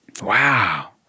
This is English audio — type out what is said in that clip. Wow